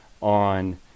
on